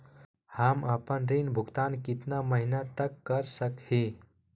हम आपन ऋण भुगतान कितना महीना तक कर सक ही?